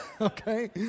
okay